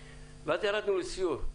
ואז ירדנו לסיור.